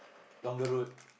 longer road